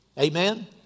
Amen